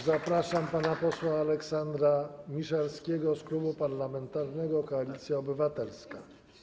Zapraszam pana posła Aleksandra Miszalskiego z Klubu Parlamentarnego Koalicja Obywatelska.